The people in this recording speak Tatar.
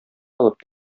алып